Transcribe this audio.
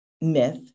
myth